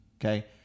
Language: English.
Okay